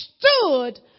stood